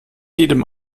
jedem